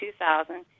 2000